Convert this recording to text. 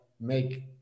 make